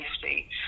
safety